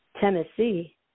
Tennessee